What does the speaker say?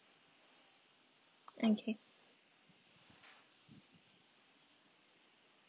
okay